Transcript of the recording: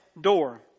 door